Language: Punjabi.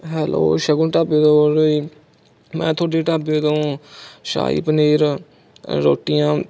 ਹੈਲੋ ਸ਼ਗੁਨ ਢਾਬੇ ਤੋਂ ਬੋਲ ਰਹੇ ਜੀ ਮੈਂ ਤੁਹਾਡੇ ਢਾਬੇ ਤੋਂ ਸ਼ਾਹੀ ਪਨੀਰ ਰੋਟੀਆਂ